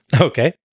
Okay